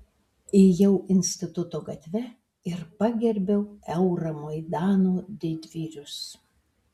ėjau instituto gatve ir pagerbiau euromaidano didvyrius